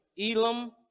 Elam